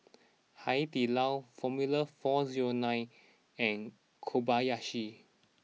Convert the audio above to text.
Hai Di Lao Formula four zero nine and Kobayashi